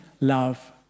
love